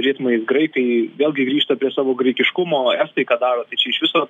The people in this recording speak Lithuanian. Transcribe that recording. ritmais graikai vėlgi grįžta apie savo graikiškumo estai ką daro tai čia iš viso